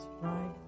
right